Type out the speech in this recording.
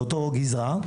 לאותה גזרה,